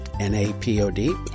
N-A-P-O-D